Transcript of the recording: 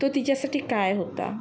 तो तिच्यासाठी काय होता